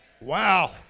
Wow